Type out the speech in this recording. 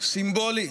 סימבולי